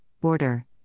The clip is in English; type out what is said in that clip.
Border